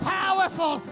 powerful